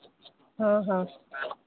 हाँ हाँ